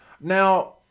Now